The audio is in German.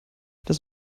das